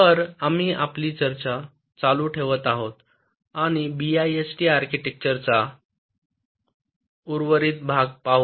तर आज आम्ही आपली चर्चा चालू ठेवत आहोत आणि बीआयएसटी आर्किटेक्चरचा उर्वरित भाग पाहू